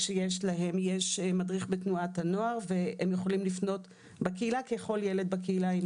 יש מדריך בתנועת הנוער - והם יכולים לפנות בקהילה ככל ילד בקהילה.